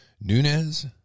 Nunez